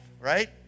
right